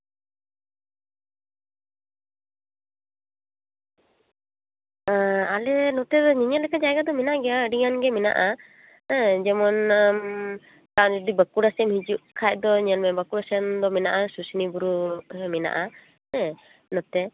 ᱟᱞᱮ ᱱᱚᱛᱮ ᱨᱮ ᱧᱮᱧᱮᱞ ᱞᱮᱠᱟᱱ ᱡᱟᱭᱜᱟ ᱫᱚ ᱢᱮᱱᱟᱜ ᱜᱮᱭᱟ ᱟᱹᱰᱤᱜᱟᱱᱜᱮ ᱢᱮᱱᱟᱜᱼᱟ ᱡᱮᱢᱚᱱ ᱟᱢ ᱡᱩᱫᱤ ᱵᱟᱸᱠᱩᱲᱟ ᱥᱮᱫ ᱮᱢ ᱦᱤᱡᱩᱜ ᱠᱷᱟᱱ ᱫᱚ ᱧᱮᱞᱢᱮ ᱵᱟᱸᱠᱩᱲᱟ ᱥᱮᱱ ᱫᱚ ᱢᱮᱱᱟᱜᱼᱟ ᱥᱩᱥᱩᱱᱤᱭᱟ ᱵᱩᱨᱩ ᱢᱮᱱᱟᱜᱼᱟ ᱦᱮᱸ ᱱᱚᱛᱮ